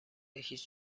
هیچ